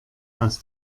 aus